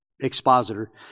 expositor